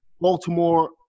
Baltimore